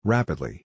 Rapidly